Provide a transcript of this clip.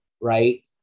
right